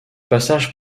passage